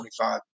25